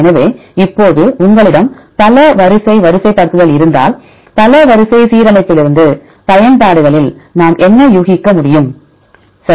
எனவே இப்போது உங்களிடம் பல வரிசை வரிசைப்படுத்தல் இருந்தால் பல வரிசை சீரமைப்பிலிருந்து பயன்பாடுகளில் நாம் என்ன ஊகிக்க முடியும் சரி